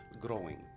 growing